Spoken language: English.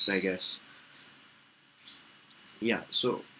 I guess ya so